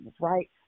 right